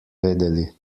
vedeli